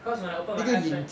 cause when I open my eyes right